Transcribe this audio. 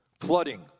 flooding